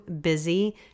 busy